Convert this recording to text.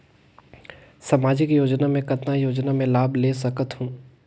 समाजिक योजना मे कतना योजना मे लाभ ले सकत हूं?